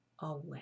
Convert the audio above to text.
away